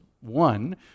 one